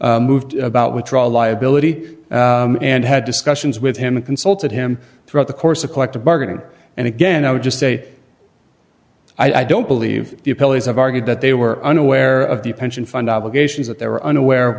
the moved about withdrawal liability and had discussions with him consulted him throughout the course of collective bargaining and again i would just say i don't believe the police have argued that they were unaware of the pension fund obligations that they were unaware of